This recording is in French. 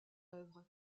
œuvre